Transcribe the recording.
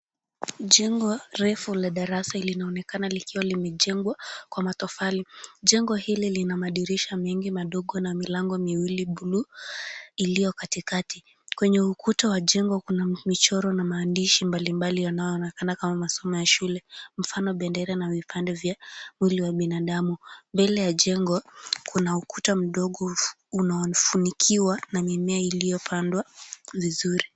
Jengo refu la darasa linaonekana likiwa limejengwa kwa matofali, jengo hili Lina madirisha mengi madogo na milango miwili blue iliyokatikati, kwenye ukuta wa jengo kuna michoro na mahadishi yanayoonekana kama masomo ya shule, mfano bendera ya shule na vipande vya mwili wa binadamu, mbele ya jengo kuna ukuta mdogo unaofunikiwa na mimea iliyopandwa vizuri.